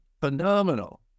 phenomenal